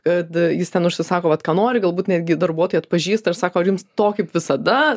kad jis ten užsisako vat ką nori galbūt netgi darbuotojai atpažįsta ir sako ar jums to kaip visada